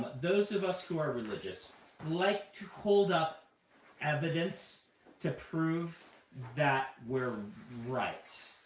those of us who are religious like to hold up evidence to prove that we're right.